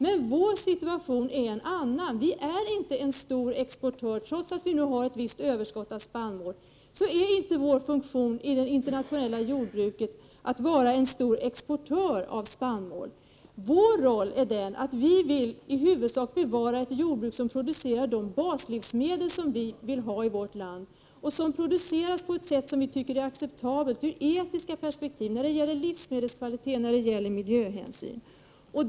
Men vår situation är en annan. Vi är inte en stor exportör. Trots att vi har ett visst överskott av spannmål, är inte vår funktion i det internationella jordbruket att vara en stor exportör av spannmål. Vi vill i huvudsak bevara ett jordbruk som producerar de baslivsmedel som vi vill ha i vårt land och som produceras på ett sätt som vi tycker är acceptabelt ur etiskt perspektiv och när det gäller livsmedelskvalitet och miljöhänsyn.